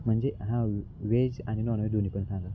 म्हणजे हा व्हेज आणि नॉन व्हेज दोन्ही पण सांगा